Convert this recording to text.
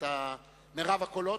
מירב הקולות.